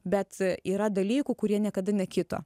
bet yra dalykų kurie niekada nekito